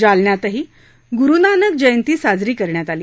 जालन्यातही गुरुनानक जयंती साजरी करण्यात आली